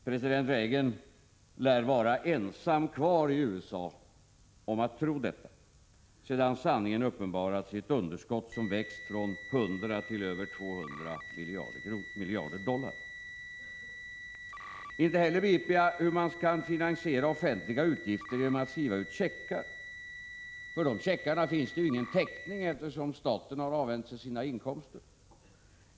President Reagan lär i USA vara ensam kvar om att tro detta, sedan sanningen uppenbarats i ett underskott som växt från 100 till över 200 miljarder dollar. Inte heller begriper jag hur man skall finansiera offentliga utgifter genom att skriva ut checkar — för de checkarna finns det ju ingen täckning, eftersom staten har avhänt sig sina inkomster.